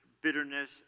bitterness